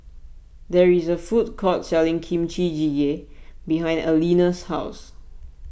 there is a food court selling Kimchi Jjigae behind Aleena's house